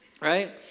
right